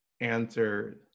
answer